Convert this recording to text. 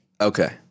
okay